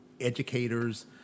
educators